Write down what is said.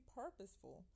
purposeful